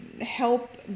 help